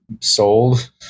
sold